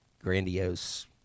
grandiose